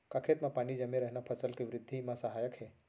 का खेत म पानी जमे रहना फसल के वृद्धि म सहायक हे?